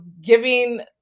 giving